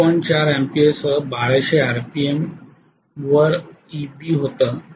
4 ampere सह 1200 RPM वर हे Eb होते